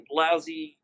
lousy